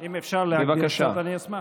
בבקשה.